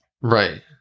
Right